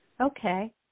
Okay